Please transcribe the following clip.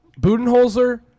Budenholzer